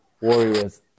Warriors